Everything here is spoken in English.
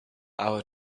hour